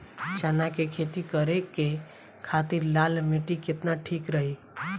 चना के खेती करे के खातिर लाल मिट्टी केतना ठीक रही?